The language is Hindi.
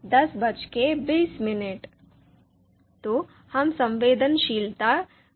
तो हम संवेदनशीलता विश्लेषण में क्या करते हैं